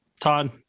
Todd